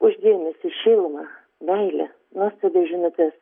už dėmesį šilumą meilę nuostabiai žinutes